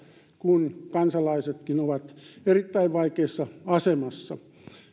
kun kansalaisetkin ovat erittäin vaikeassa asemassa